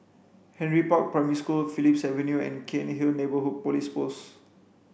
Henry Park Primary School Phillips Avenue and Cairnhill Neighbourhood Police Post